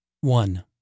One